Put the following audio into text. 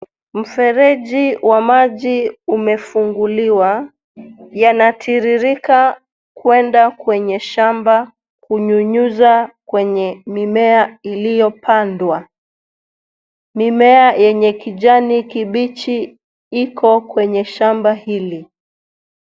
Mfereji wa maji umefunguliwa yanatiririka kuenda kwenye shamba kunyunyuza kwenye mimea iliyopandwa. Mimea yenye kijani kibichi Iko kwenye shamba hili.